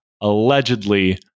allegedly